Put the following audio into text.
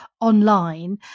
online